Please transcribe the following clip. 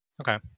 okay